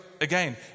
again